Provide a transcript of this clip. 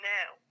Now